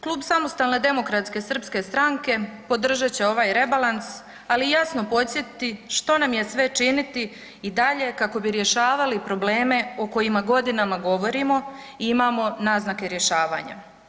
Klub Samostalne demokratske srpske stranke podržat će ovaj rebalans, ali jasno podsjetiti što nam je sve činiti i dalje kako bi rješavali probleme o kojima godinama govorimo imamo naznake rješavanja.